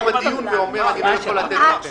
לדיון ואומר שאתה לא יכול לתת לנו את הנתונים.